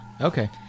Okay